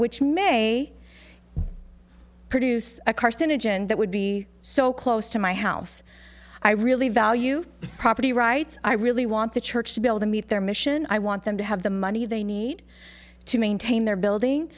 which may produce a carcinogen that would be so close to my house i really value property rights i really want the church to build the meet their mission i want them to have the money they need to maintain their building